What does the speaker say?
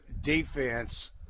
defense